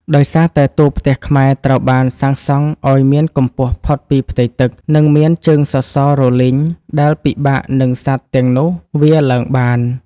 ដោយសារតែតួផ្ទះខ្មែរត្រូវបានសាងសង់ឱ្យមានកម្ពស់ផុតពីផ្ទៃទឹក និងមានជើងសសររលីងដែលពិបាកនឹងសត្វទាំងនោះវារឡើងបាន។